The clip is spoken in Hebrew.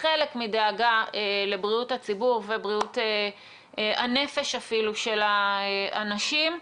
כחלק מדאגה לבריאות הציבור ובריאות הנפש של אנשים.